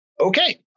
Okay